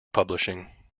publishing